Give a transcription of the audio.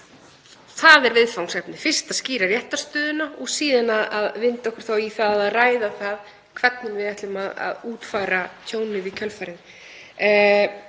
Það er viðfangsefnið. Fyrst að skýra réttarstöðuna og síðan að vinda okkur í það að ræða hvernig við ætlum að útfæra tjónið í kjölfarið.